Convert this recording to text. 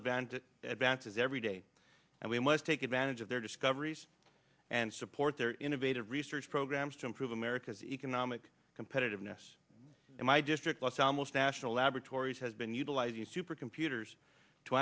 advantage at dances every day and we must take advantage of their discoveries and support their innovative research programs to improve america's economic competitiveness in my district los alamos national laboratories has been utilizing supercomputers to